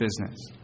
business